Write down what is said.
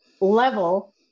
level